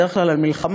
בדרך כלל על מלחמה,